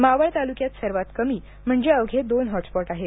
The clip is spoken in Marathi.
मावळ तालुक्यात सर्वात कमी म्हणजे अवघे दोन हॉटस्पॉट आहेत